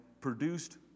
produced